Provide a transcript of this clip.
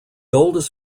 oldest